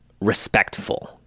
respectful